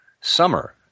Summer